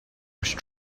which